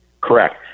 Correct